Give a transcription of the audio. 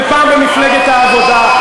ופעם במפלגת העבודה,